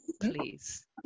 please